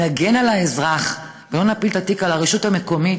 נגן על האזרח ולא נפיל את התיק על הרשות המקומית,